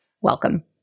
welcome